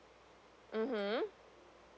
(uh huh)